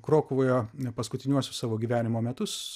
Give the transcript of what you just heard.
krokuvoje paskutiniuosius savo gyvenimo metus